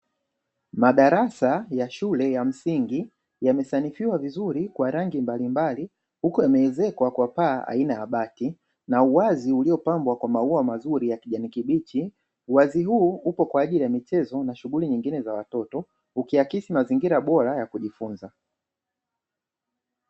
Madarasa ya shule ya msingi yamesanifiwa vizuri kwa rangi mbalimbali, huku imeezekwa kwa paa aina ya bati, na uwazi uliopambwa kwa maua mazuri ya kijani kibichi. Uwazi huu upo kwa ajili ya michezo na shughuli nyingine za watoto ukihakikisi mazingira bora ya kujifunza.